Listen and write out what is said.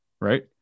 right